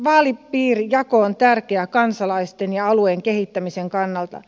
vaalipiirijako on tärkeä kansalaisten ja alueen kehittämisen kannalta